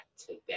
today